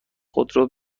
خودرو